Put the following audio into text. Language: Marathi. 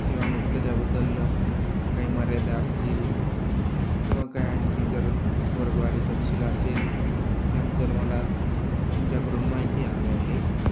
किंवा मग त्याच्याबद्दल काही मर्यादा असतील किंवा काय आणखी जर वर्गवारी तपशील असेल ह्याबद्दल मला तुमच्याकडून माहिती हवी आहे